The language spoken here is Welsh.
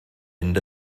mynd